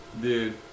dude